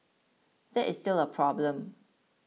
that is still a problem